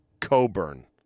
Coburn